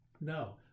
No